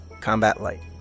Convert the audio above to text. combat-light